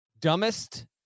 dumbest